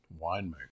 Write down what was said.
winemaker